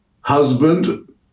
husband